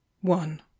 one